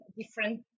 different